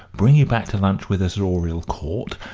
bring you back to lunch with us at oriel court,